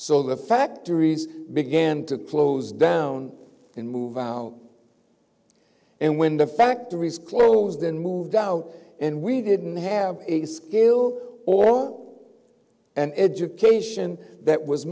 so the factories began to close down and move out and when the factories closed and moved out and we didn't have a skill or an education that was